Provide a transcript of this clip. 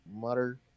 mutter